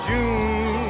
June